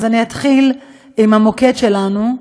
אז אתחיל עם המוקד שלנו,